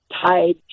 tied